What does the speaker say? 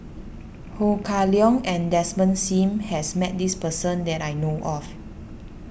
Ho Kah Leong and Desmond Sim has met this person that I know of